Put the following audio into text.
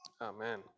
amen